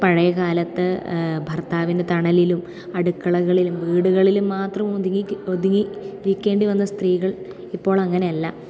പഴയകാലത്ത് ഭർത്താവിൻ്റെ തണലിലും അടുക്കളകളിലും വീടുകളിലും മാത്രം ഒതുങ്ങി ഒതുങ്ങി ഇരിക്കേണ്ടി വന്ന സ്ത്രീകൾ ഇപ്പോളങ്ങനെ അല്ല